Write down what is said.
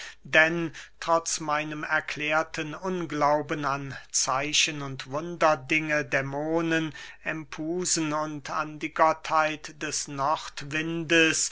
denn trotz meinem erklärten unglauben an zeichen und wunderdinge dämonen empusen und an die gottheit des